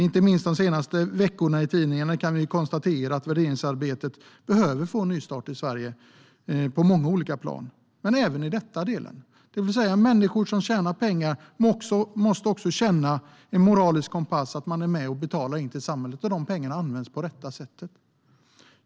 Inte minst de senaste veckorna kan vi i tidningarna konstatera att värderingsarbetet behöver få en nystart i Sverige på många olika plan men även i den här delen, det vill säga att människor som tjänar pengar också måste ha en moralisk kompass att man är med och betalar till samhället och att de pengarna används på rätt sätt.